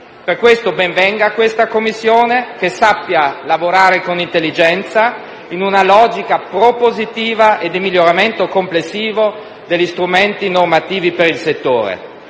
Per questo, ben venga l'istituenda Commissione, con l'auspicio che sappia lavorare con intelligenza, in una logica propositiva e di miglioramento complessivo degli strumenti normativi per il settore.